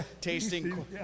tasting